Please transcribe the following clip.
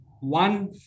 one